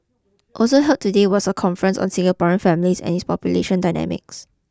also held today was a conference on Singaporean families and its population dynamics